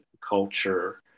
culture